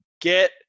get